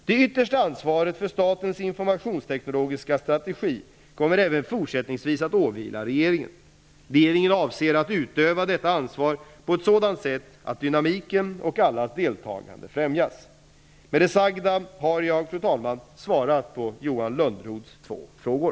Det yttersta ansvaret för statens informationsteknologiska strategi kommer även fortsättningsvis att åvila regeringen. Regeringen avser att utöva detta ansvar på ett sådant sätt att dynamiken och allas deltagande främjas. Med det sagda har jag, fru talman, svarat på Johan Lönnroths två frågor.